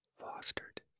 fostered